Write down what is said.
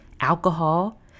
alcohol